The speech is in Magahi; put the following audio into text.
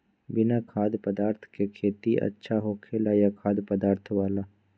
बिना खाद्य पदार्थ के खेती अच्छा होखेला या खाद्य पदार्थ वाला?